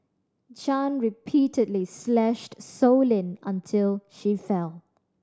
Chan repeatedly slashed Sow Lin until she fell